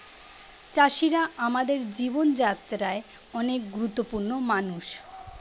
চাষিরা আমাদের জীবন যাত্রায় অনেক গুরুত্বপূর্ণ মানুষ